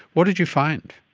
what did you find?